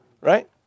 right